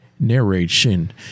narration